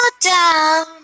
down